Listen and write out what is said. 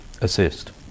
assist